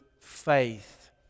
faith